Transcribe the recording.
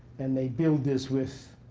and they build this with